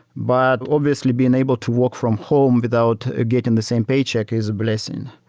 but obviously being able to walk from home without getting the same paycheck is a blessing.